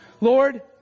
Lord